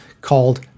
called